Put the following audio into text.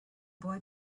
boy